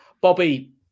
Bobby